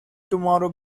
tomorrow